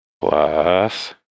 plus